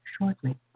shortly